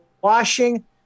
washing